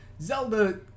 Zelda